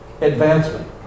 advancement